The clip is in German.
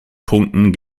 punkten